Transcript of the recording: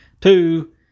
Two